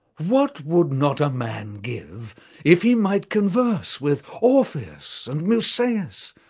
what would not a man give if he might converse with orpheus and musaeus,